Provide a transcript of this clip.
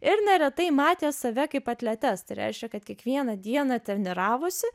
ir neretai matė save kaip atletas tai reiškia kad kiekvieną dieną treniravosi